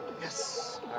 Yes